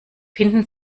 finden